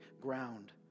ground